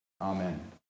Amen